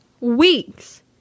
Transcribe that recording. weeks